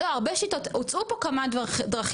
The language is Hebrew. לא הרבה שיטות הוצעו פה כמה דרכים,